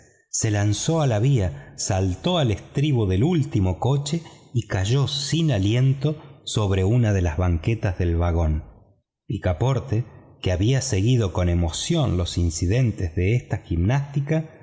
se lanzó a la vía saltó al estribo del último coche y cayó sin aliento sobre una de las banquetas del vagón picaporte que había seguido con emoción los incidentes de esta gimnástica